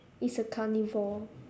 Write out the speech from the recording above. it's a carnivore